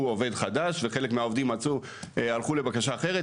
עובד חדש וחלק מהעובדים הלכו לבקשה אחרת.